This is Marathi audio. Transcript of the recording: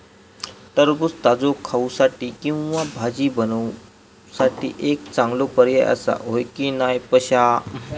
टरबूज ताजो खाऊसाठी किंवा भाजी बनवूसाठी एक चांगलो पर्याय आसा, होय की नाय पश्या?